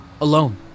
Alone